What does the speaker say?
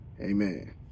Amen